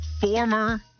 former